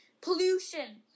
Pollution